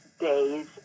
days